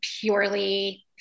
purely